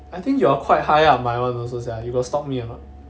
I think you are quite high up my one also sia you got stalk me or not